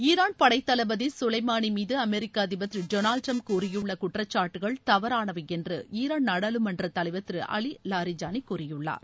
Iran படைத்தளபதி கலைமானி மீது அமெரிக்க அதிபர் திரு டொனால்டு டிரம்ப் கூறியுள்ள குற்றச்சாட்டுகள் தவறாளவை என்று ஈரான் நாடாளுமன்ற தலைவர் திரு அவி லாரிஜானி கூறியுள்ளார்